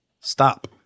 Stop